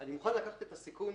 אני מוכן לקחת את הסיכון,